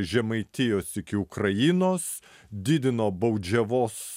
žemaitijos iki ukrainos didino baudžiavos